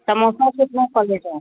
समोसा कितने पलेट हैं